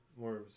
More